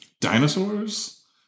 dinosaurs